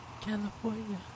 California